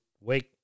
Wake